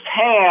hand